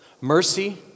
Mercy